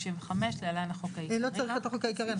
התשנ"ה-1995 (להלן החוק העיקרי) לא צריך את החוק העיקרי,